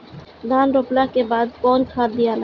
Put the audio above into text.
धान रोपला के बाद कौन खाद दियाला?